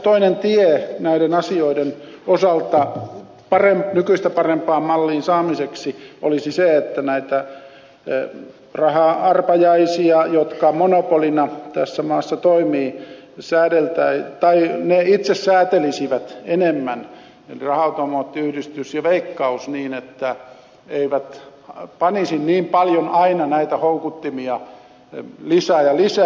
toinen tie näiden asioiden osalta nykyistä parempaan malliin saamiseksi olisi se että näitä raha arpajaisia monopolina tässä maassa järjestävät raha automaattiyhdistys ja veikkaus itse säätelisivät enemmän niin että eivät panisi niin paljon näitä houkuttimia aina lisää ja lisää